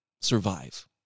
survive